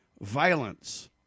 violence